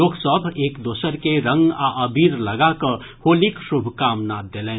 लोक सभ एक दोसर के रंग आ अबीर लगा कऽ होलीक शुभकामना देलनि